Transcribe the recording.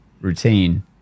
routine